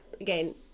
again